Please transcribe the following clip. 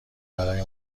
برای